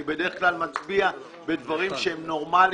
אני בדרך כלל מצביע עם הממשלה בדברים שהם נורמליים,